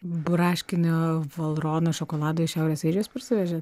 braškinio valrona šokolado iš šiaurės airijos parsivežė